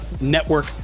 Network